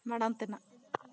ᱢᱟᱲᱟᱝ ᱛᱮᱱᱟᱜ